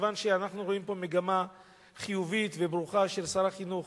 מכיוון שאנחנו רואים פה מגמה חיובית וברוכה של שר החינוך